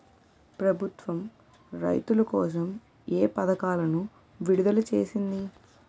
ప్రభుత్వం రైతుల కోసం ఏ పథకాలను విడుదల చేసింది?